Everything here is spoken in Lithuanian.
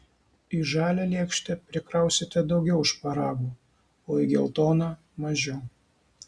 į žalią lėkštę prikrausite daugiau šparagų o į geltoną mažiau